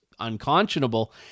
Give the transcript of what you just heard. unconscionable